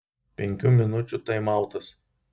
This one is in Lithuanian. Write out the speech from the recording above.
penkių minučių taimautas